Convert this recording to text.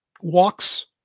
walks